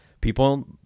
People